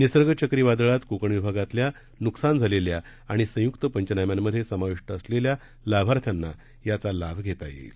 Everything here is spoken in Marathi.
निसर्ग चक्रीवादळात कोकण विभागातल्या न्कसान झालेल्या आणि संय्क्त पंचनाम्यांमधे समाविष्ट असलेल्या लाभार्थ्यांना याचा लाभ घेता येईल